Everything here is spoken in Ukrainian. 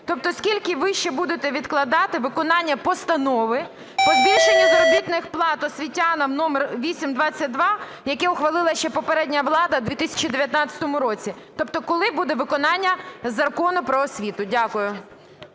Тобто скільки ви ще будете відкладати виконання Постанови по збільшенню заробітних плат освітянам №822, яке ухвалило ще попередня влада в 2019 році? Тобто коли буде виконання Закону "Про освіту"? Дякую.